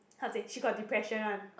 how to say she got depression one